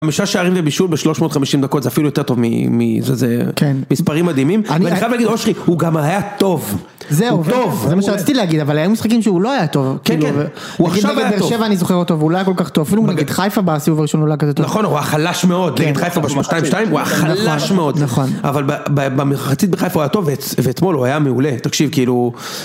חמישה שערים ובישול ב 350 דקות זה אפילו יותר טוב מזה זה מספרים מדהימים אני חייב להגיד, אושרי, הוא גם היה טוב זהו, טוב, זה מה שרציתי להגיד אבל היו משחקים שהוא לא היה טוב הוא עכשיו היה טוב, נגיד בבאר שבע אני זוכר אותו הוא לא היה כל כך טוב, אפילו נגד חיפה בסיבוב הראשון הוא לא היה כזה טוב נכון הוא היה חלש מאוד נכון אבל במחצית בחיפה הוא היה טוב ואתמול הוא היה מעולה, תקשיב...